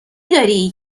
داری